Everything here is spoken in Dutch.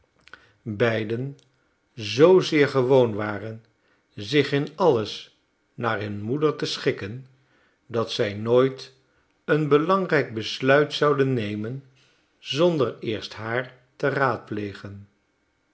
beiden zoozeer gewoon waren zich in alles naar hun moeder te schikken dat zij nooit een belangrijk besluit zouden nemen zonder eerst haar te raadplegen